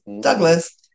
Douglas